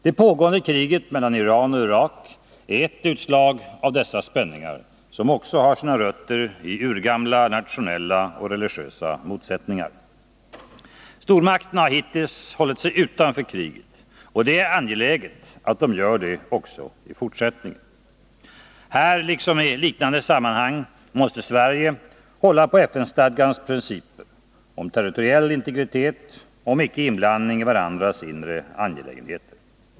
Det pågående kriget mellan Iran och Irak är ett utslag av dessa spänningar, som också har sina rötter i urgamla nationella och religiösa motsättningar. Stormakterna har hittills hållit sig utanför kriget, och det är angeläget att de gör det också i fortsättningen. Här som i liknande sammanhang måste Sverige hålla på FN-stadgans princip om territoriell integritet och om icke-inblandning i varandras inre angelägenheter.